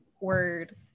word